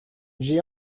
j’ai